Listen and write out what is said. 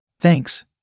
Thanks